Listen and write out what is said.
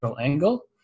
angle